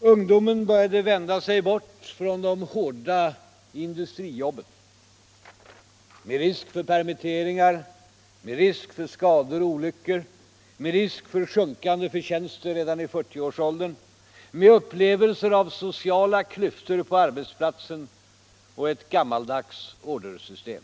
Ungdomen började vända sig bort från de hårda industrijobben - med risk för permitteringar, med risk för skador och olyckor, med risk för sjunkande förtjänster redan i 40-årsåldern, med upplevelser av sociala klyftor på arbetsplatsen och ett gammaldags ordersystem.